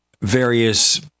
various